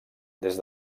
des